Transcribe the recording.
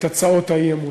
את הצעות האי-אמון.